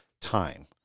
time